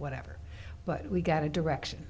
whatever but we got a direction